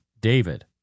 David